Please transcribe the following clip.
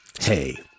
Hey